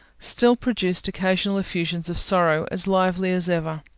still produced occasional effusions of sorrow as lively as ever.